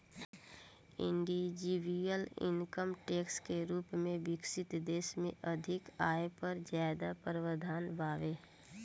individual income tax के रूप में विकसित देश में अधिक आय पर ज्यादा प्रावधान बावे